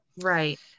right